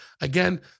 Again